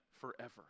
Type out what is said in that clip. forever